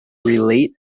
relate